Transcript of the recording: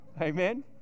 Amen